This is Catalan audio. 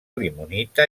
limonita